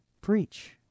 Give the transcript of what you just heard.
preach